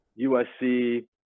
USC